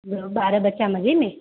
ॿियो ॿार ॿचा मजे में